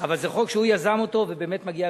אבל זה חוק שהוא יזם אותו ובאמת מגיעות